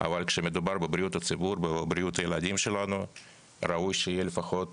אבל כשמדובר בבריאות הציבור ובריאות הילדים שלנו ראוי שיהיה לפחות